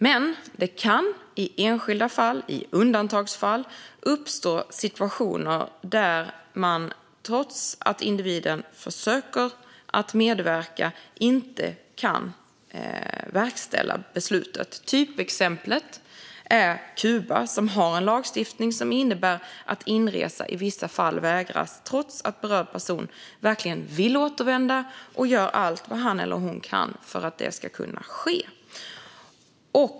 Det kan dock i enskilda fall - undantagsfall - uppstå situationer där man trots att individen försöker medverka inte kan verkställa beslutet. Typexemplet är Kuba, som har en lagstiftning som innebär att inresa i vissa fall vägras trots att berörd person verkligen vill återvända och gör allt vad han eller hon kan för att det ska kunna ske.